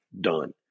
done